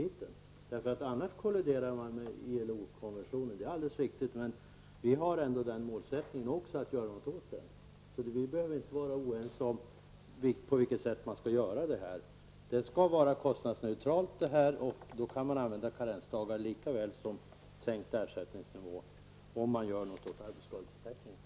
Det är riktigt att man annars kolliderar med ILO-konventionen. Vi har den målsättningen att göra något åt förhållandena. Vi behöver inte vara oense om på vilket sätt detta skall ske. Det skall vara kostnadsneutralt, och om man gör något åt arbetsskadeförsäkringen kan man använda karensdagar likaväl som en sänkning av ersättningsnivån.